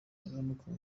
arantuka